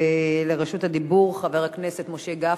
רשות הדיבור לחבר הכנסת משה גפני,